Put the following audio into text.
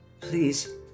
Please